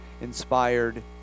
inspired